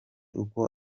uko